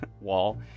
wall